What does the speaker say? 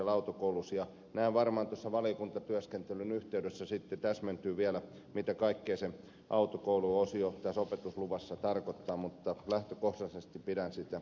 nämä asiat varmaan tuossa valiokuntatyöskentelyn yhteydessä täsmentyvät vielä mitä kaikkea se autokouluosio tässä opetusluvassa tarkoittaa mutta lähtökohtaisesti pidän sitä hyvänä asiana